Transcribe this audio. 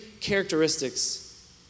characteristics